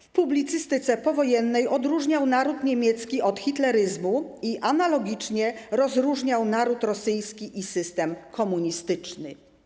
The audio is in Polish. W publicystyce powojennej odróżniał naród niemiecki od hitleryzmu i analogicznie rozróżniał naród rosyjski i system komunistyczny.